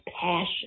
passion